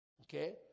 Okay